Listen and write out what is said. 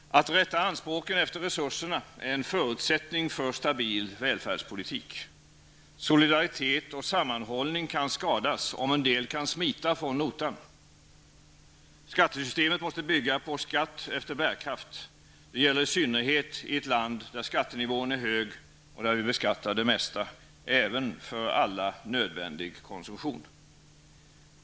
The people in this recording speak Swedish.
Att rätta anspråken efter resurserna är en förutsättning för stabil välfärdspolitik. Solidaritet och sammanhållning kan skadas, om en del kan smita från notan. Skattesystemet måste bygga på skatt efter bärkraft. Det gäller i synnerhet i ett land där skattenivån är hög och där vi beskattar det mesta, även för alla nödvändig konsumtion.